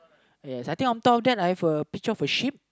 yes I think on top of that I have a picture of sheep